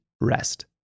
rest